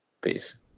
peace